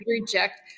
reject